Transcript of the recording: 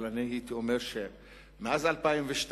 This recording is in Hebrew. אבל אני הייתי אומר שמאז 2002,